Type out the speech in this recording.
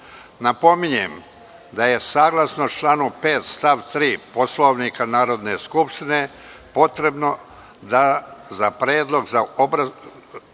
SRBIJU“.Napominjem da je, saglasno članu 5. stav 3. Poslovnika Narodne skupštine, potrebno da za predlog za obrazovanje